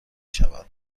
شود